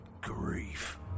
grief